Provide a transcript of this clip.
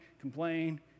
complain